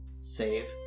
save